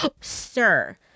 sir